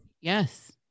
yes